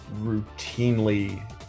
routinely